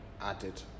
added